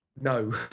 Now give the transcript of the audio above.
No